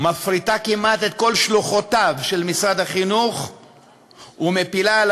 מפריטה כמעט את כל שלוחותיו של משרד החינוך ומפילה על